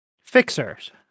fixers